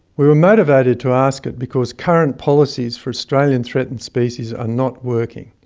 we were motivated to ask it because current policies for australian threatened species are not working.